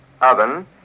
oven